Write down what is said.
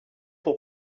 pour